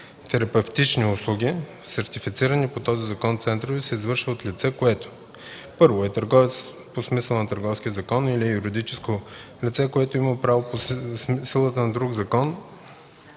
таласотерапевтични услуги в сертифицирани по този закон центрове се извършва от лице, което: 1. е търговец по смисъла на Търговския закон или е юридическо лице, което има право по силата на друг закон